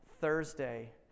Thursday